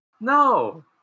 No